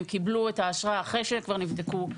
הם קיבלו את האשרה אחרי שהם כבר נבדקו.